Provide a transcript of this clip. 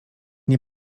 nie